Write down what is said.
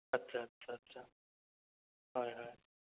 আচ্ছা আচ্ছা আচ্ছা হয় হয়